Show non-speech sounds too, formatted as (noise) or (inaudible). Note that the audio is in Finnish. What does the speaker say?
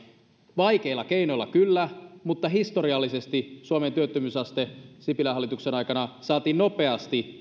vaikeilla keinoilla kyllä mutta historiallisesti suomen työttömyysaste sipilän hallituksen aikana saatiin nopeasti (unintelligible)